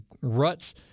ruts